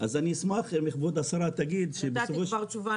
כבר נתתי תשובה,